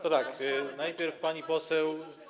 To tak: najpierw pani poseł.